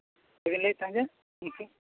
ᱪᱮᱫ ᱵᱤᱱ ᱞᱟᱹᱭᱮᱫ ᱛᱟᱦᱮᱸ ᱡᱮ ᱦᱮᱸ ᱥᱮ